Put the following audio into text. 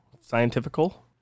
Scientifical